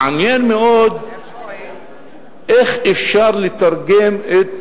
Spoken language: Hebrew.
מעניין מאוד איך אפשר לתרגם את